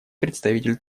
представитель